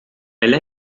elle